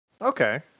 Okay